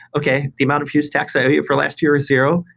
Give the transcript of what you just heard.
okay. the amount of use tax i owe you for last year is zero.